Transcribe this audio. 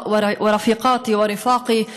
במשאלה שהכנסת הבאה תהיה שונה,